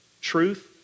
truth